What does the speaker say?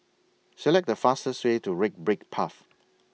Select The fastest Way to Red Brick Path